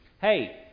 hey